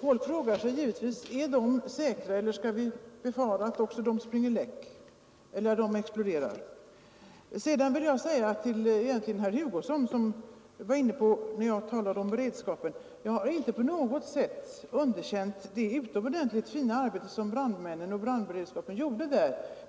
Folk frågar sig givetvis: Är dessa tankar säkra eller skall vi befara att också de springer läck? Till herr Hugosson, som gick in på vad jag yttrat om beredskapen, vill jag säga att jag inte på något sätt underkänt det utomordentligt fina arbete som brandmännen och brandberedskapen gjorde i detta fall.